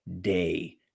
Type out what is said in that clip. day